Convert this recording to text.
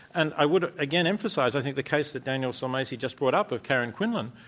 and i would, again, emphasize, i think the case that daniel sulmasy just brought up, with karen quinlan,